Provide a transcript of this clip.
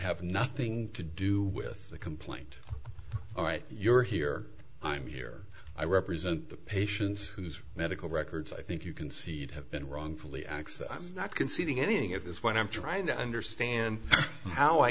have nothing to do with the complaint all right you're here i'm here i represent the patients whose medical records i think you concede have been wrongfully x i'm not conceding anything at this point i'm trying to understand how i